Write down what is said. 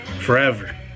forever